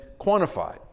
quantified